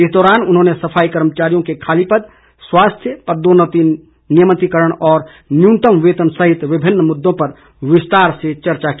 इस दौरान उन्होंने सफाई कर्मचारियों के खाली पद स्वास्थ्य पदोन्नति नियमितिकरण और न्यूनतम वेतन सहित विभिन्न मुददों पर विस्तार से चर्चा की